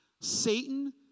Satan